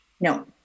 No